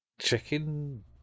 chicken